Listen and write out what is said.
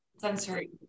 sensory